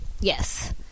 yes